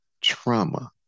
trauma